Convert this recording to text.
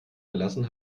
verlassen